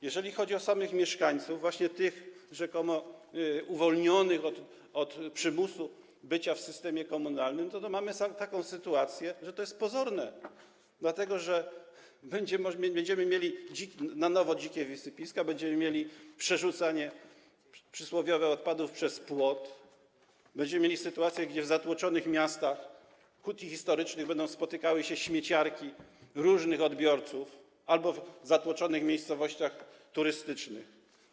Jeżeli chodzi o samych mieszkańców, właśnie tych rzekomo uwolnionych od przymusu bycia w systemie komunalnym, to mamy taką sytuację, że to jest pozorne, dlatego że będziemy mieli na nowo dzikie wysypiska, będziemy mieli przerzucanie przysłowiowych odpadów przez płot, będziemy mieli sytuację, gdzie w zatłoczonych miastach będą spotykały się śmieciarki różnych odbiorców albo w zatłoczonych miejscowościach turystycznych.